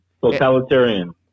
totalitarian